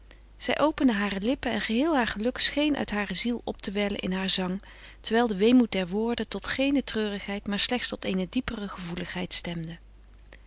zij opende hare lippen en geheel haar geluk scheen uit hare ziel op te wellen in haar zang terwijl de weemoed der woorden tot geene treurigheid maar slechts tot eene diepere gevoeligheid stemde